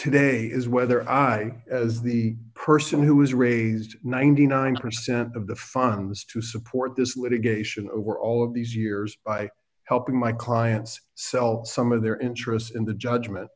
today is whether i as the person who was raised ninety nine percent of the funds to support this litigation over all of these years i helping my clients sell some of their interest in the judgment